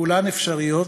כולן אפשריות,